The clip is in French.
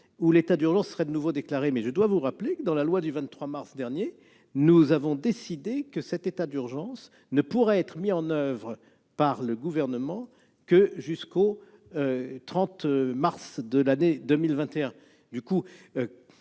où l'état d'urgence serait de nouveau déclaré, mais, je dois vous le rappeler, dans la loi du 23 mars dernier, nous avons décidé que cet état d'urgence ne pourrait être mis en oeuvre par le Gouvernement que jusqu'au 30 mars de l'année 2021.